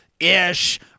ish